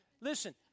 Listen